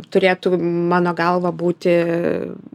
turėtų mano galva būti